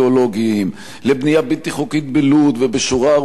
לבנייה בלתי חוקית בלוד ובשורה ארוכה של מקומות,